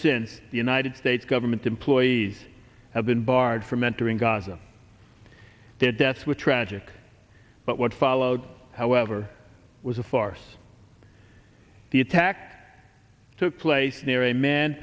since the united states government employees have been barred from entering gaza their deaths were tragic but what followed however was a farce the attack took place near a man